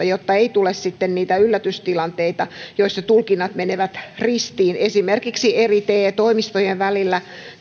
jotta ei tule sitten niitä yllätystilanteita joissa tulkinnat menevät ristiin esimerkiksi eri te toimistojen välillä